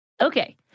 Okay